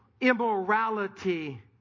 immorality